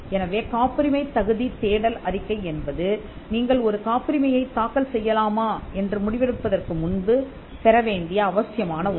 எனவே காப்புரிமை தகுதி தேடல் அறிக்கை என்பது நீங்கள் ஒரு காப்புரிமையைத் தாக்கல் செய்யலாமா என்று முடிவெடுப்பதற்கு முன்பு பெற வேண்டிய அவசியமான ஒன்று